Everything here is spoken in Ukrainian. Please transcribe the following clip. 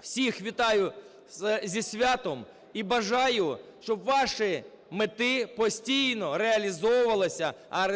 всіх вітаю зі святом і бажаю, щоб ваші мети постійно реалізовувалися, а